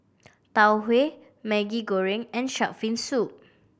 Tau Huay Maggi Goreng and shark fin soup